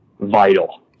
vital